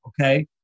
okay